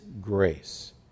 grace